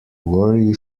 worry